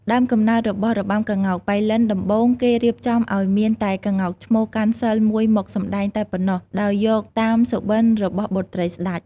ដើមកំណើតរបស់របាំក្ងោកប៉ៃលិនដំបូង គេរៀបចំឲ្យមានតែក្ងោកឈ្មោលកាន់សីលមួយមកសម្តែងតែប៉ុណ្ណោះ ដោយយកតាមសុបិន្តរបស់បុត្រីស្តេច។